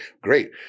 Great